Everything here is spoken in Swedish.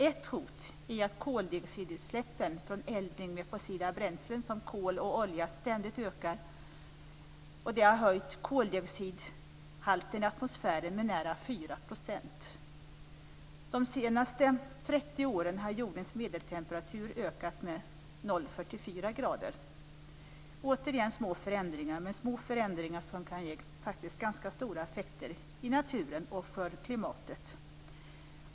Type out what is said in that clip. Ett hot är att koldioxidutsläppen från eldning med fossila bränslen som kol och olja ständigt ökar. Det har höjt koldioxidhalten i atmosfären med nära 4 %. De senaste 30 åren har jordens medeltemperatur ökat med 0,44 grader. Det är återigen små förändringar, men små förändringar som faktiskt kan ge ganska stora effekter i naturen och för klimatet.